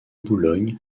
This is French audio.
boulogne